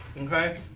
okay